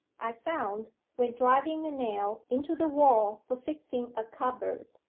i found, when driving a nail into the wall for fixing a cupboard,